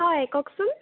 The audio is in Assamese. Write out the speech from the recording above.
হয় কওকচোন